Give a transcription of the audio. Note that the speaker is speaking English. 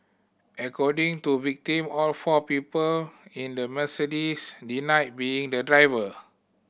according to victim all four people in the Mercedes denied being the driver